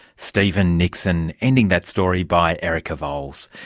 steven nixon, ending that story by erica vowles.